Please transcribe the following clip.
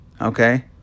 okay